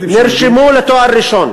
נרשמו לתואר ראשון